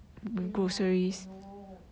对 lah I know